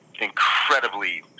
incredibly